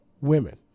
women